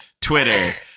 Twitter